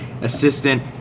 assistant